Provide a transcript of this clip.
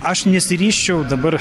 aš nesiryžčiau dabar